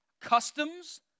customs